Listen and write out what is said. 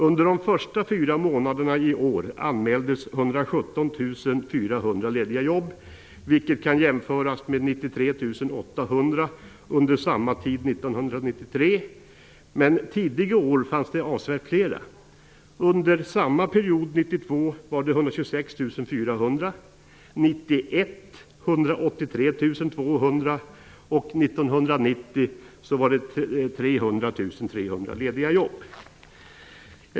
Under de första fyra månaderna i år anmäldes 117 400 lediga jobb, vilket kan jämföras med 93 800 under samma tid 1993. Tidigare år fanns det emellertid avsevärt fler.